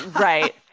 right